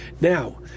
Now